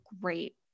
great